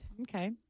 Okay